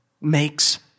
makes